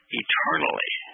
eternally